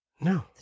no